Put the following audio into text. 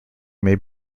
may